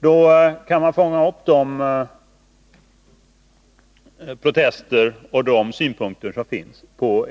Då kan man på ett relativt tidigt stadium fånga upp de protester och synpunkter som finns.